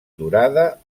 durada